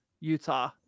Utah